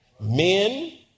Men